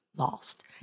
lost